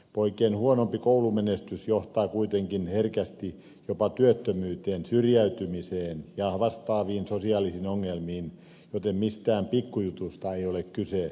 poikien huonompi koulumenestys johtaa kuitenkin herkästi jopa työttömyyteen syrjäytymiseen ja vastaaviin sosiaalisiin ongelmiin joten mistään pikkujutusta ei ole kyse